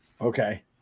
Okay